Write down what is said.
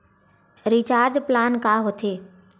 Recharge plan का होथे?